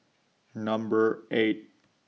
Number eight